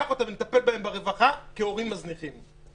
לקחת אותם ונטפל בהם ברווחה כילדים להורים מזניחים.